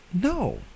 No